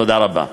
תודה רבה.